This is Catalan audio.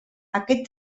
aquest